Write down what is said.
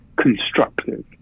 constructive